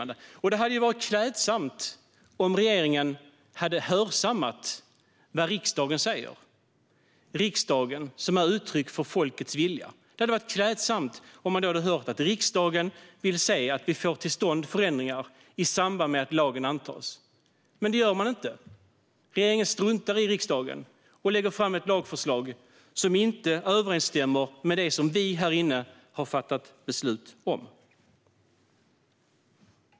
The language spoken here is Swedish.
Det hade varit klädsamt om regeringen hade hörsammat vad riksdagen, som ger uttryck för folkets vilja, sa om att få till stånd förändringar i samband med att lagen antogs. Men det gjorde man inte. Regeringen struntar i riksdagen och lägger fram ett lagförslag som inte överensstämmer med det som vi här inne har fattat beslut om.